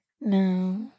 No